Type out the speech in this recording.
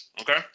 Okay